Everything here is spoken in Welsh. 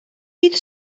fydd